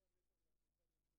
למרות שהוא היה אמור להגיש את